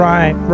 Right